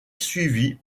suivie